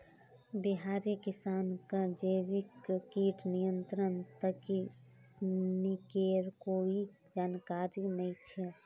बिहारी किसानक जैविक कीट नियंत्रण तकनीकेर कोई जानकारी नइ छ